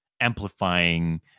amplifying